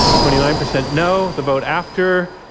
twenty nine percent no. the vote after,